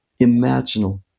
imaginal